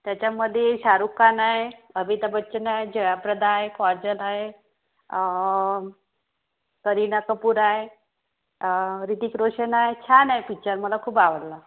त्याच्यामध्ये शाहरुख खान आहे अमिताभ बच्चन आहे जयाप्रदा आहे काजल आहे करिना कपूर आहे ऋतिक रोशन आहे छान आहे पिक्चर मला खूप आवडला